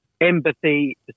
empathy